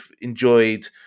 enjoyed